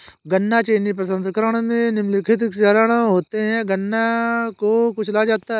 गन्ना चीनी प्रसंस्करण में निम्नलिखित चरण होते है गन्ने को कुचला जाता है